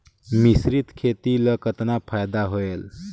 मिश्रीत खेती ल कतना फायदा होयल?